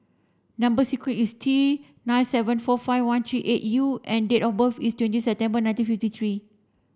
number sequence is T nine seven four five one three eight U and date of birth is twenty September nineteen fifty three